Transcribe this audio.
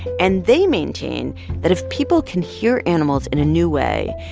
and they maintain that if people can hear animals in a new way,